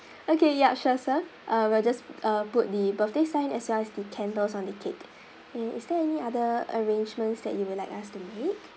okay ya sure sir uh we'll just uh put the birthday sign as well as the candles on the cake and is there any other arrangements that you will like us to make